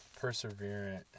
perseverant